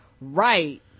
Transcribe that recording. Right